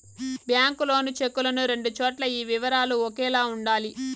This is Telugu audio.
బ్యాంకు లోను చెక్కులను రెండు చోట్ల ఈ వివరాలు ఒకేలా ఉండాలి